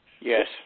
Yes